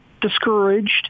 discouraged